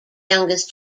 youngest